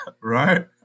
right